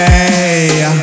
Hey